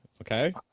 okay